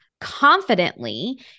confidently